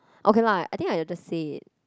okay lah I think I will just say it